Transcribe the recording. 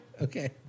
Okay